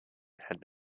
had